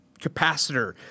capacitor